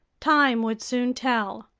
time would soon tell.